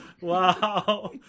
Wow